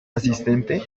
asistente